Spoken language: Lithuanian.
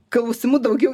klausimų daugiau